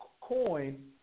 coin